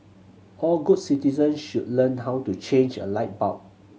all good citizens should learn how to change a light bulb